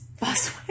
Bus